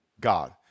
God